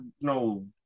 no